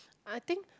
I think